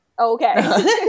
Okay